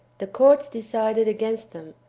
the courts decided against them,